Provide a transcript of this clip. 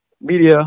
Media